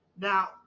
Now